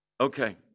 Okay